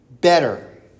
better